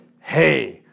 hey